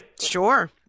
sure